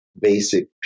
basic